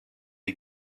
den